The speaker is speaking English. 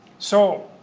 so,